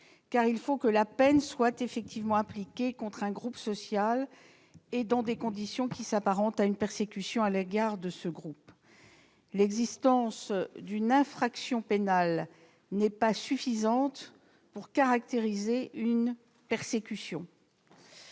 car il faut que la peine soit effectivement appliquée contre un groupe social et dans des conditions qui s'apparentent à une persécution à l'égard de ce groupe. L'existence d'une infraction pénale n'est pas suffisante pour caractériser une persécution.